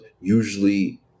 usually